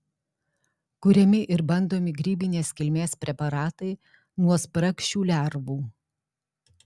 kuriami ir bandomi grybinės kilmės preparatai nuo spragšių lervų